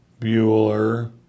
Bueller